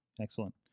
Excellent